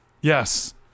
Yes